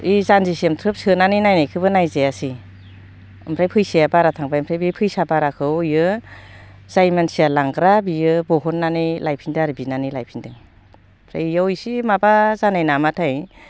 बै जान्जिसिम थ्रोब सोनानै नायनायखौबो नायजायासै ओमफ्राय फैसाया बारा थांबाय ओमफ्राय बे फैसा बाराखौ बियो जाय मानसिया लांग्रा बियो दिहुननानै लायफिन्दों आरो बिनानै लायफिन्दों ओमफ्राय बेयाव इसे माबा जानाय नामाथाय